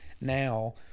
Now